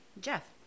Jeff